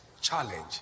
challenge